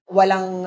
walang